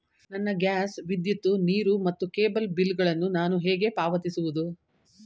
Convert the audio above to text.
ನನ್ನ ಗ್ಯಾಸ್, ವಿದ್ಯುತ್, ನೀರು ಮತ್ತು ಕೇಬಲ್ ಬಿಲ್ ಗಳನ್ನು ನಾನು ಹೇಗೆ ಪಾವತಿಸುವುದು?